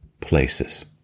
places